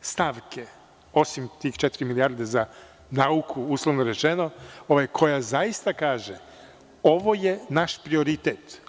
stavke, osim tih četiri milijarde za nauku, uslovno rečeno, koja zaista kaže – ovo je naš prioritet.